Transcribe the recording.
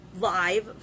live